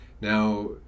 Now